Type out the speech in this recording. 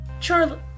Charlie